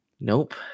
Nope